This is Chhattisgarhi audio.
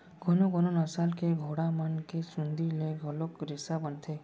कोनो कोनो नसल के घोड़ा मन के चूंदी ले घलोक रेसा बनथे